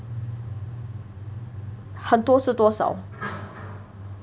很多是多少